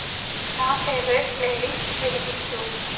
నా favourite playlist వినిపించు